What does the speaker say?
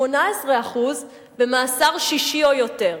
18% במאסר שישי או יותר.